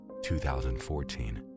2014